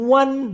one